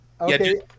Okay